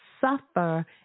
suffer